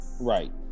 Right